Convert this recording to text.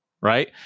Right